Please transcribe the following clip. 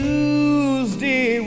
Tuesday